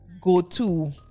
go-to